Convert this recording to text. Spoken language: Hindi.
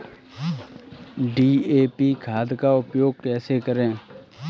डी.ए.पी खाद का उपयोग कैसे करें?